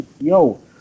yo